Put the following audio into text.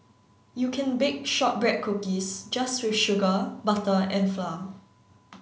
you can bake shortbread cookies just with sugar butter and flour